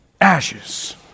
Ashes